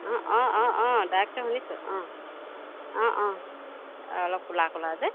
অঁ অঁ অঁ অঁ ডাউক চৰাই শুনিছোঁ অঁ অঁ অঁ অলপ ক'লা ক'লা যে